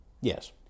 yes